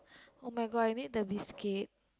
oh my god I need the biscuit